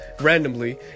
randomly